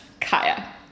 Kaya